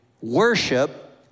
worship